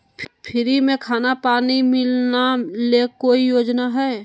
Free में खाना पानी मिलना ले कोइ योजना हय?